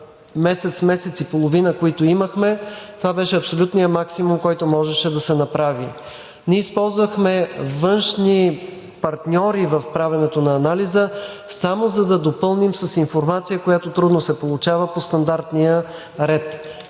на месец и половина, който имахме, това беше абсолютният максимум, който можеше да се направи. Ние използвахме външни партньори в правенето на анализа, само за да допълним с информация, която трудно се получава по стандартния ред.